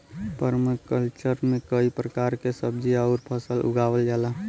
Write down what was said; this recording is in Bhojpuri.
पर्मकल्चर में कई प्रकार के सब्जी आउर फसल उगावल जाला